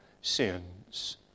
sins